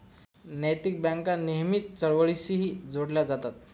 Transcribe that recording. नैतिक बँका नेहमीच चळवळींशीही जोडल्या जातात